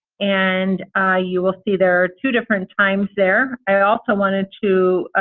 and you will see there are two different times there. i also wanted to